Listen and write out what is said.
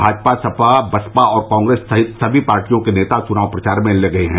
भाजपा सपा बसपा और कांग्रेस सहित सभी पार्टियों के नेता चुनाव प्रचार में लगे हैं